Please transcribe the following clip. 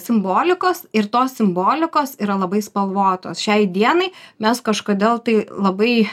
simbolikos ir tos simbolikos yra labai spalvotos šiai dienai mes kažkodėl tai labai